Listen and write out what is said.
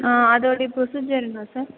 ஆ அதோடைய ப்ரொசிஜர் என்ன சார்